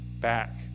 back